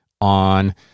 on